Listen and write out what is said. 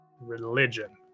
religion